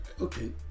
okay